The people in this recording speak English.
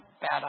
bad